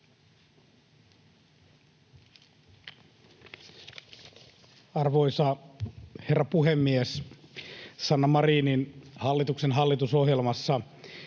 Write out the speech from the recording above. Arvoisa herra puhemies! Sanna Marinin hallituksen hallitusohjelmassa